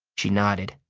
she nodded.